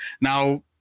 Now